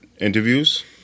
interviews